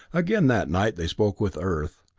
again that night they spoke with earth,